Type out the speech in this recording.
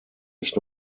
nicht